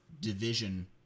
division